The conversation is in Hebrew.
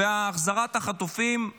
החזרת החטופים היא